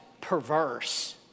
perverse